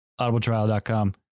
AudibleTrial.com